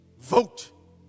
vote